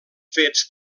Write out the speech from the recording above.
fets